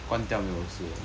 以前哦